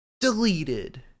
deleted